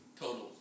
Total